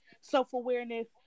self-awareness